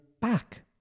back